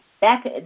back